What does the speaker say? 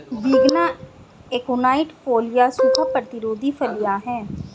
विग्ना aconitifolia सूखा प्रतिरोधी फलियां हैं